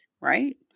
right